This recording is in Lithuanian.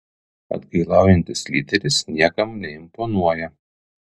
atgailaujantis lyderis niekam neimponuoja